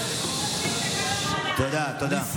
אפשר להתנגד, למה אתה לא, מה זה?